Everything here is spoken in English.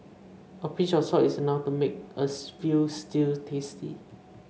a pinch of salt is enough to make a veal stew tasty